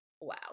wow